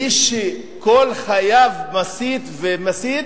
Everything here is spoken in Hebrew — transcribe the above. מי שכל חייו מסית ומסית,